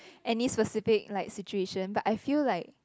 any specific like situation but I feel like